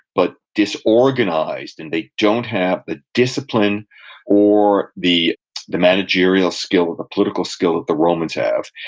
but disorganized, and they don't have the discipline or the the managerial skill, the political skill that the romans have.